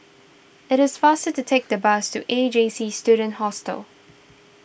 it is faster to take the bus to A J C Student Hostel